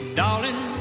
darling